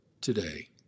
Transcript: today